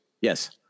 Yes